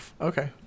Okay